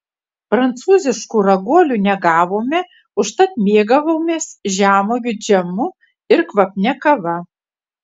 prancūziškų raguolių negavome užtat mėgavomės žemuogių džemu ir kvapnia kava